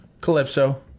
Calypso